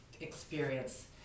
experience